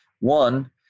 one